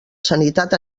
sanitat